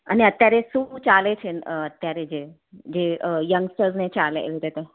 અને અત્યારે શું ચાલે છેને અત્યારે જે જે યંગસ્ટરને ચાલે એવી રીતે